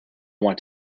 want